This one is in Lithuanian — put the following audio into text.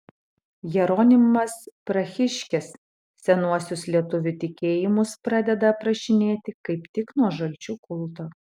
jeronimas prahiškis senuosius lietuvių tikėjimus pradeda aprašinėti kaip tik nuo žalčių kulto